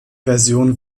version